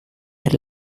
per